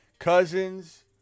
Cousins